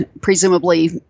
presumably